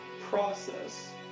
Process